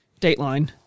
Dateline